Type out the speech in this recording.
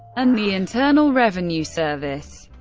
and the internal revenue service.